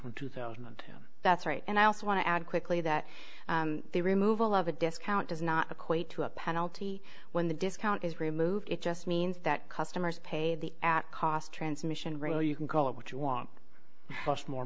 from two thousand and nine that's right and i also want to add quickly that the removal of a discount does not equate to a penalty when the discount is removed it just means that customers pay the at cost transmission rail you can call it what you want more